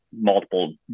multiple